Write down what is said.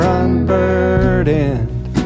unburdened